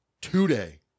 today